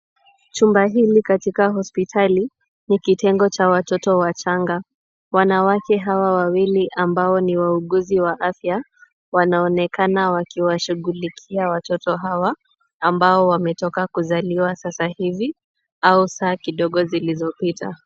Chumba hili katika hospitali, ni kitengo cha watoto wachanga. Wanawake hawa wawili ambao ni wogozi wa afya, wanaonekana wakiwashughulikia watoto hawa, ambao wametoka kuzaliwa sasa hivi, au saa kidogo zilizopita.